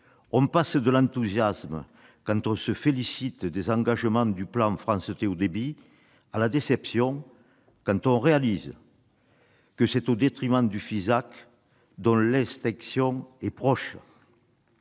On passe de l'enthousiasme quand on se félicite des engagements sur le plan France Très haut débit, à la déception quand on réalise que c'est au détriment du Fisac, dont l'extinction est proche.